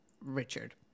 Richard